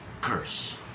curse